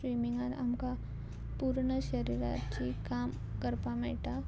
स्विमिंगान आमकां पूर्ण शरिराची काम करपाक मेयटा